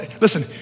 Listen